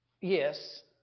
Yes